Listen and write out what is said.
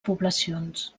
poblacions